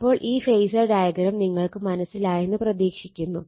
അപ്പോൾ ഈ phasor diagram നിങ്ങൾക്ക് മനസ്സിലായെന്ന് പ്രതീക്ഷിക്കുന്നു